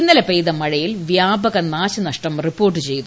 ഇന്നലെ പെയ്ത മഴയിൽ വ്യാപകനാശനഷ്ടം റിപ്പോർട്ട് ചെയ്തു